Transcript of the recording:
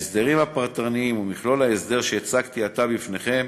ההסדרים הפרטניים ומכלול ההסדר שהצגתי עתה בפניכם